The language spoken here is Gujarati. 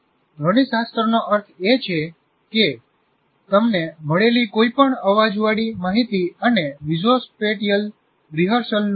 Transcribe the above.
ધ્વનિશાસ્ત્રનો અર્થ એ છે કે તમને મળેલી કોઈપણ અવાજવાળી માહિતી અને વિઝોસ્પેટીયલ રિહર્સલ લૂપ્સ